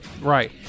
Right